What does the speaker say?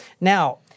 Now